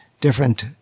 different